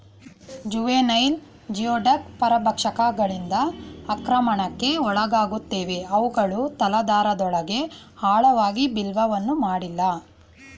juvenile geoduck ಪರಭಕ್ಷಕಗಳಿಂದ ಆಕ್ರಮಣಕ್ಕೆ ಒಳಗಾಗುತ್ತವೆ ಅವುಗಳು ತಲಾಧಾರದೊಳಗೆ ಆಳವಾಗಿ ಬಿಲವನ್ನು ಮಾಡಿಲ್ಲ